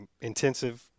intensive